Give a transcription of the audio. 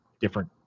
different